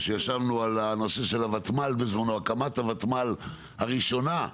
או בנושא של הקמת הותמ"ל הראשונה,